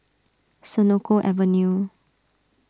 Senoko Avenue